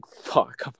Fuck